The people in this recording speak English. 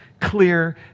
clear